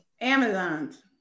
Amazon's